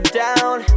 down